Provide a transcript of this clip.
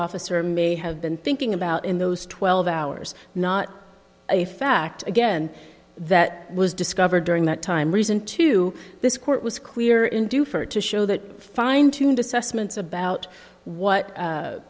officer may have been thinking about in those twelve hours not a fact again that was discovered during that time reason to this court was clear in do for to show that fine tuned assessments about what